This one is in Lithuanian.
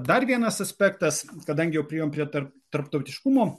dar vienas aspektas kadangi jau priėjom prie tarp tarptautiškumo